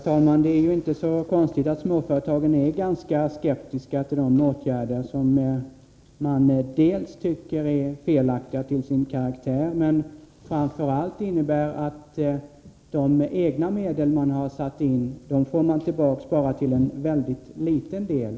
Herr talman! Det är inte så konstigt att småföretagarna är ganska skeptiska till åtgärderna i detta sammanhang. Man tycker att de är felaktiga till sin karaktär. Framför allt innebär dock åtgärderna att man bara får tillbaka en väldigt liten del av de medel som man själv satt in.